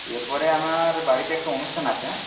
এরপরে আমার বাড়িতে একটা অনুষ্ঠান আছে হ্যাঁ